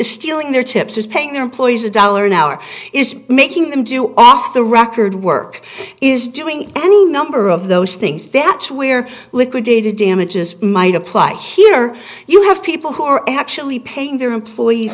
stealing their chips is paying their employees a dollar an hour is making them do off the record work is doing any number of those things that's where liquidated damages might apply here you have people who are actually paying their employees